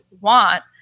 want